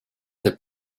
the